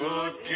Good